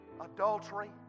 adultery